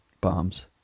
bombs